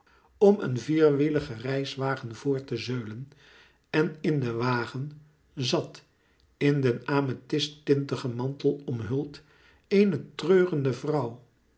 om een vierwieligen reiswagen voort te zeulen en in den wagen zat in den amethyst tintigen mantel omhuld eene treurende vrouwe